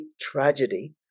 tragedy